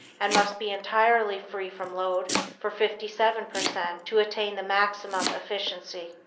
and must be entirely free from load for fifty-seven per cent, to attain the maximum efficiency.